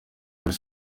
kuri